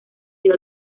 dio